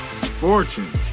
Fortune